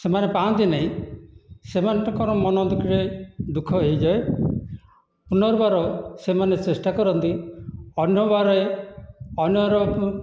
ସେମାନେ ପାନ୍ତି ନାହିଁ ସେମାନଙ୍କ ମନ ଦୁଃଖରେ ମନଦୁଃଖ ହୋଇଯାଏ ପୁନର୍ବାର ସେମାନେ ଚେଷ୍ଟା କରନ୍ତି ଅନ୍ୟମାନେ ଅନ୍ୟର